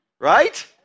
Right